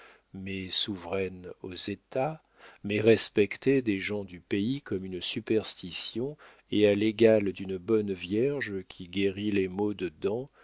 mais souveraine aux états mais respectée des gens du pays comme une superstition et à l'égal d'une bonne vierge qui guérit les maux de dents